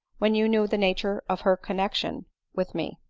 when you knew the nature of her connexion with me.